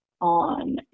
on